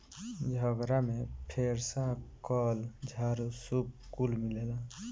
झगड़ा में फेरसा, कल, झाड़ू, सूप कुल मिलेला